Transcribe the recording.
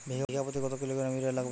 বিঘাপ্রতি কত kilogram urea লাগবে?